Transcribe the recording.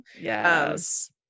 yes